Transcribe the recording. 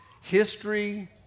History